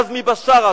עזמי בשארה,